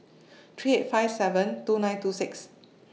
three eight five seven two nine two six